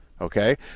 Okay